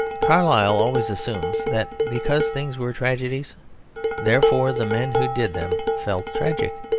carlyle always assumes that because things were tragedies therefore the men who did them felt tragic.